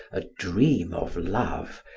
a dream of love,